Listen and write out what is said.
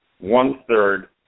one-third